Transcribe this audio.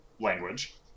Language